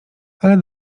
ale